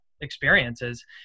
experiences